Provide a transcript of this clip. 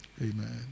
Amen